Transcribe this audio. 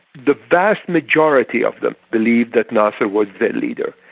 the vast majority of them believed that nasser was their leader,